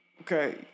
Okay